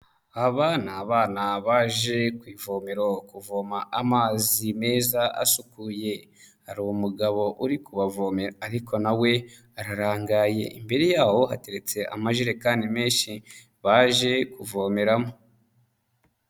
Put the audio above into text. Aba ni abana baje ku ivomero kuvoma amazi meza asukuye, hari umugabo uri kubavomera, ariko na we ararangaye, imbere y'aho hateretse amajerekani menshi baje kuvomeramo.